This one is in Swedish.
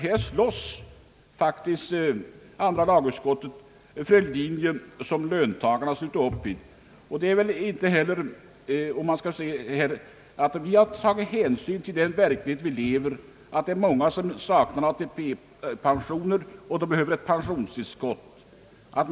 Här slåss faktiskt andra lagutskottet för en linje som löntagarna sluter upp omkring. Vi har tagit hänsyn till den verklighet vi lever i. Det är många som saknar ATP-pensioner och behöver ett pensionstillskott.